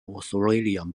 australian